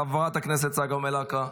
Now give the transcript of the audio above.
חברת הכנסת צגה מלקו,